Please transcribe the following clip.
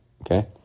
okay